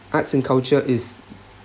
arts and culture is